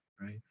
right